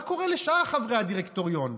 מה קורה לשאר חברי הדירקטוריון?